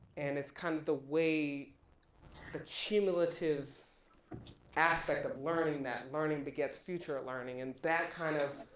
and it's kind of the way the cumulative aspect of learning, that learning begets future learning and that kind of,